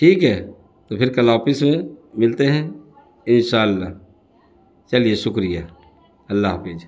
ٹھیک ہے تو پھر کل آفس میں ملتے ہیں ان شاء اللہ چلیے شکریہ اللہ حافظ